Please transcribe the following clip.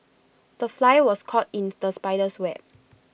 the fly was caught in the spider's web